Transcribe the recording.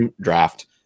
draft